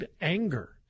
anger